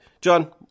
John